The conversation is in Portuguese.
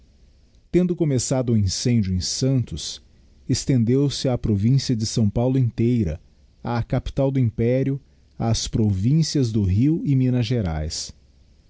tendo começado o incêndio era santos estendeu-se á província de s paulo inteira á capital do império ás províncias do rio e minas geraes